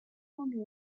mummy